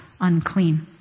unclean